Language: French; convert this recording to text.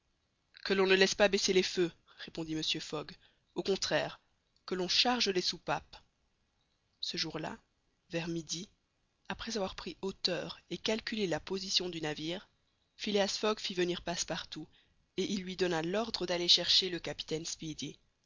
que l'on ne laisse pas baisser les feux répondit mr fogg au contraire que l'on charge les soupapes ce jour-là vers midi après avoir pris hauteur et calculé la position du navire phileas fogg fit venir passepartout et il lui donna l'ordre d'aller chercher le capitaine speedy